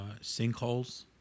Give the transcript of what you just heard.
Sinkholes